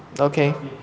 okay